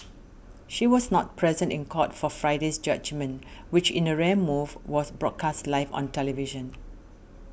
she was not present in court for Friday's judgement which in a rare move was broadcast live on television